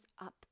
up